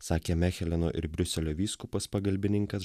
sakė mecheleno ir briuselio vyskupas pagalbininkas